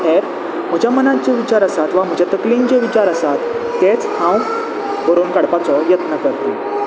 हे म्हज्या मनांत जे विचार आसात वा म्हज्या तकलेन जे विचार आसात तेंच हांव बरोवन काडपाचो यत्न करत